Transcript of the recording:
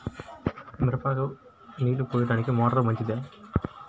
మిరపకు నీళ్ళు పోయడానికి మోటారు మంచిదా?